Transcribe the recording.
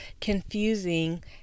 confusing